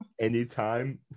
Anytime